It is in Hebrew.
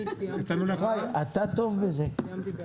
בהליך שוויוני,